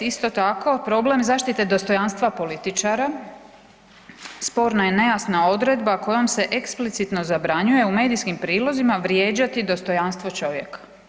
isto tako, problem zaštite dostojanstva političara, sporna i nejasna odredba kojom se eksplicitno zabranjuje u medijskim prilozima vrijeđati dostojanstvo čovjeka.